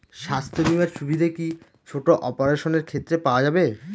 স্বাস্থ্য বীমার সুবিধে কি ছোট অপারেশনের ক্ষেত্রে পাওয়া যাবে?